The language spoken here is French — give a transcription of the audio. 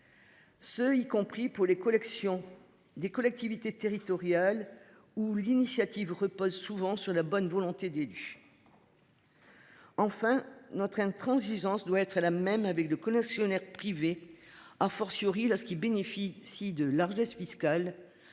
Ce y compris pour les collections des collectivités territoriales ou l'initiative repose souvent sur la bonne volonté du du. Enfin notre intransigeance doit être la même avec le collectionneurs privés a fortiori là ceux qui bénéficient de largesses fiscales.